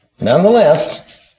nonetheless